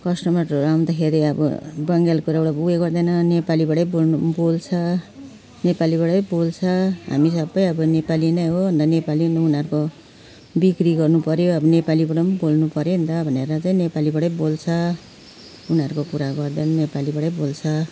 कस्टमरहरू आउँदाखेरि अब बङ्गाली कुराबाट उयो गर्दैन नेपालीबाटै बोल्नु बोल्छ नेपालीबाटै बोल्छ हामी सबै अब नेपाली नै हो अन्त नेपाली उनीहरूको बिक्री गर्नुपऱ्यो अब नेपालीबाट पनि बोल्नुपऱ्यो नि त भनेर चाहिँ नेपालीबाटै बोल्छ उनीहरूको कुरा गर्दा पनि नेपालीबाटै बोल्छ